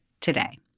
today